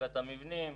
אחזקת המבנים,